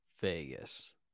Vegas